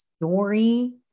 story